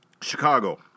Chicago